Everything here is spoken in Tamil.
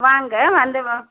வாங்க வந்து வா